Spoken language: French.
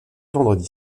vendredi